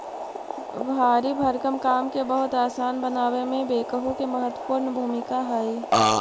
भारी भरकम काम के बहुत असान बनावे में बेक्हो के महत्त्वपूर्ण भूमिका हई